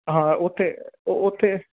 ਹਾਂ ਉੱਥੇ ਉੱਥੇ